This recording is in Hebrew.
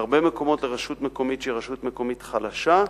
בהרבה מקומות לרשות מקומית שהיא רשות מקומית חלשה,